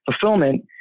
fulfillment